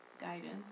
guidance